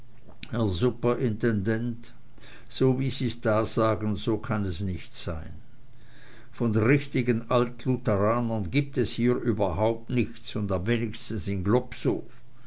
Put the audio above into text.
superintendent so wie sie's da sagen so kann es nicht sein von richtigen altlutheranern gibt es hier überhaupt nichts und am wenigsten in